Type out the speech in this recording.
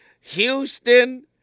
Houston